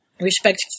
respect